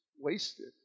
wasted